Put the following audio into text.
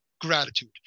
gratitude